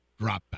dropback